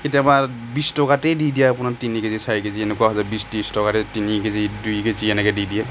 কেতিয়াবা বিছ টকাতেই দি দিয়ে আপোনাৰ তিনি কেজি চাৰি কেজি এনেকুৱা হৈছে বিছ ত্ৰিছ টকাতেই তিনি কেজি দুই কেজি এনেকে দি দিয়ে